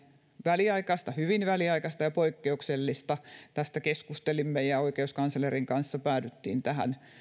väliaikaista hyvin väliaikaista ja poikkeuksellista tästä keskustelimme ja oikeuskanslerin kanssa päädyttiin tähän